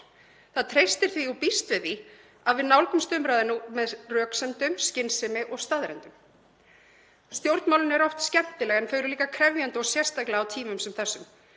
Það treystir því og býst við því að við nálgumst umræðuna með röksemdum, skynsemi og staðreyndum. Stjórnmálin eru oft skemmtileg en þau eru líka krefjandi og sérstaklega á tímum sem þessum.